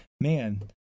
man